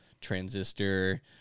Transistor